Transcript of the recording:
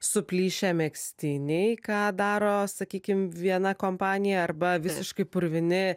suplyšę megztiniai ką daro sakykim viena kompanija arba visiškai purvini